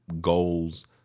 goals